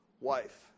wife